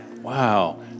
Wow